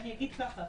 אני אגיד ככה,